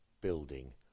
building